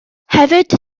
hefyd